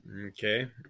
Okay